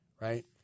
Right